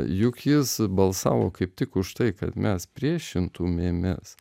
juk jis balsavo kaip tik už tai kad mes priešintumėmės